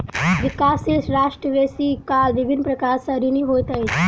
विकासशील राष्ट्र बेसी काल विभिन्न प्रकार सँ ऋणी होइत अछि